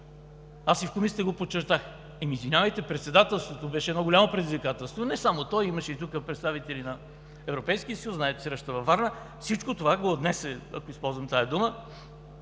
Аз и в Комисията го подчертах. Извинявайте, Председателството беше едно голямо предизвикателство. Не само то, тук имаше и представители на Европейския съюз, знаете за срещата във Варна – всичко това го „отнесе“, ако използвам тази дума,